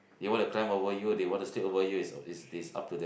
you want to climb over you they want to sit over you is is is up to them